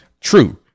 True